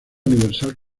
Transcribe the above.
universidad